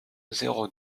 zéro